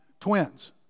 twins